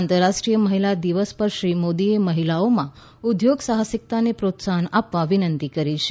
આંતરરાષ્ટ્રીય મહિલા દિવસ પર શ્રી મોદીએ મહિલાઓમાં ઉદ્યોગ સાહસિકતાને પ્રોત્સાહન આપવા વિનંતી કરી છે